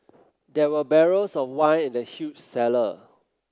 there were barrels of wine in the huge cellar